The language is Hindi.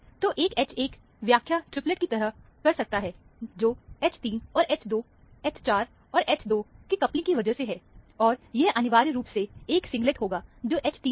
तो एक H1 की व्याख्या ट्रिपलेट की तरह कर सकता है जो H3 और H2 H4 और H2 कि कपलिंग की वजह से है और यह अनिवार्य रूप से एक सिंगलेट होगा जो कि H3 है